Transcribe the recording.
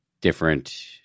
different